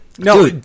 no